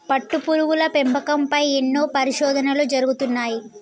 పట్టుపురుగుల పెంపకం పై ఎన్నో పరిశోధనలు జరుగుతున్నాయి